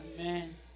Amen